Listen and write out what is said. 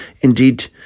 Indeed